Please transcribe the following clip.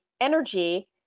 energy